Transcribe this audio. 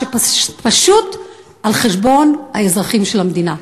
פשוט על חשבון האזרחים של המדינה.